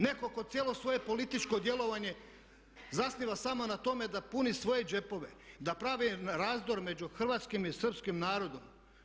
Netko tko cijelo svoje političko djelovanje zasniva samo na tome da puni svoje džepove, da pravi razdor među hrvatskim i srpskim narodom.